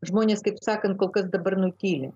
žmonės kaip sakant kokias dabar nutyli